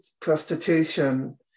prostitution